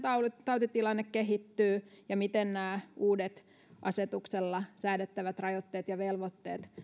tautitilanne kehittyy ja miten nämä uudet asetuksella säädettävät rajoitteet ja velvoitteet